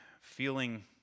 feeling